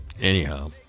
anyhow